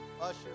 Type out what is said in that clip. Usher